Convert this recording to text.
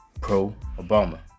pro-Obama